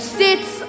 sits